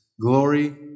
glory